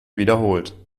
wiederholt